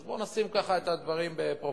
אז בואו נשים את הדברים בפרופורציות.